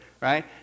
Right